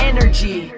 Energy